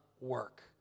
work